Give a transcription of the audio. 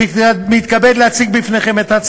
אנחנו עוברים להצעת החוק הבאה,